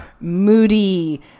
moody